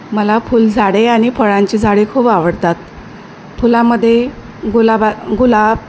मला फुल झाडे आणि फळांचे झाडे खूप आवडतात फुलामध्ये गुलाबा गुलाब